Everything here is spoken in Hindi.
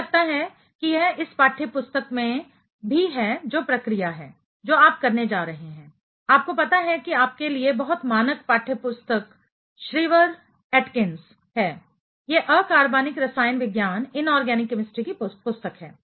मुझे लगता है कि यह इस पाठ्यपुस्तक में भी है जो प्रक्रिया है जो आप करने जा रहे हैं आपको पता है कि आपके लिए बहुत मानक पाठ्यपुस्तक श्रीवर एटकिन्स है यह अकार्बनिक रसायन विज्ञान इनऑर्गेनिक केमिस्ट्री की पुस्तक है